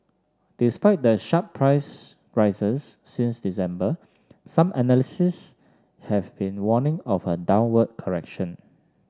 despite the sharp price rises since December some analysts have been warning of a downward correction